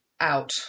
out